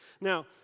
Now